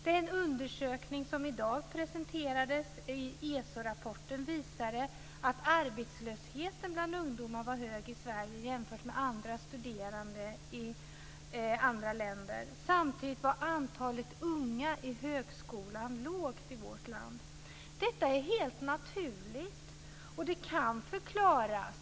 Den undersökning som i dag presenterades i ESO rapporten visade att arbetslösheten bland ungdomar var hög i Sverige om man jämförde med studerande i andra länder. Samtidigt var antalet unga i högskolan litet i vårt land. Detta är helt naturligt, och det kan förklaras.